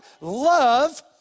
Love